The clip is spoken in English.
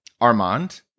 Armand